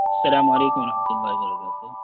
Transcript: السلام علیکم و رحمۃ اللہ و برکاتہ